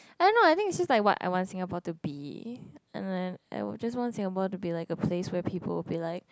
oh not I think it's just what I want Singapore to be and then I just want Singapore to be like a place where people will be like